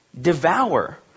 devour